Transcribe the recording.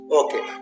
okay